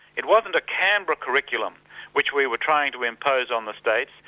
it wasn't a canberra curriculum which we were trying to impose on the states,